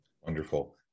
Wonderful